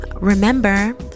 remember